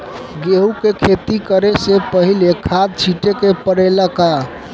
गेहू के खेती करे से पहिले खाद छिटे के परेला का?